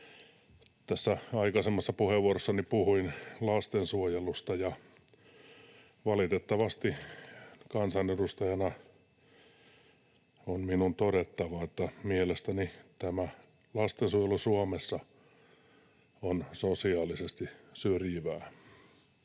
Tässä aikaisemmassa puheenvuorossani puhuin lastensuojelusta, ja valitettavasti kansanedustajana on minun todettava, että mielestäni lastensuojelu Suomessa on sosiaalisesti syrjivää.